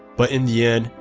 but in the end,